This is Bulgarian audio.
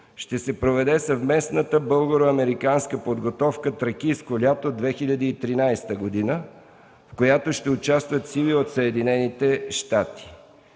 ще се проведе съвместната българо-американска подготовка „Тракийско лято – 2013 г.”, в която ще участват сили от Съединените щати.